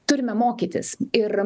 turime mokytis ir